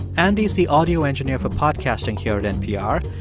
andy's the audio engineer for podcasting here at npr.